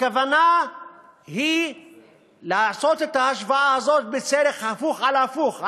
הכוונה היא לעשות את ההשוואה הזאת בדרך של הפוך על הפוך: